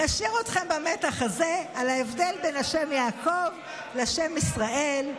אני אשאיר אתכם במתח הזה על ההבדל בין השם "יעקב" לשם "ישראל",